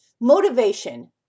Motivation